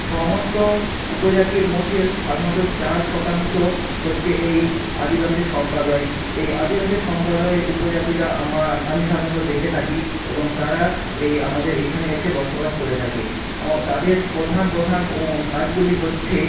সমস্ত উপজাতির মধ্যে সাধারণত চার শতাংশ হচ্ছে এই আদিবাসী সম্প্রদায় এই আদিবাসী সম্প্রদায় উপজাতিটা আমার আমি সাধারণত দেখে থাকি এবং তারা এই আমাদের এখানে এসে বসবাস করে থাকে তাদের প্রধান প্রধান কাজগুলি হচ্ছে